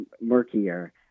murkier